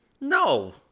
No